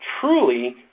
truly